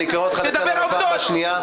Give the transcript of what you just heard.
אני קורא אותך לסדר בפעם השנייה.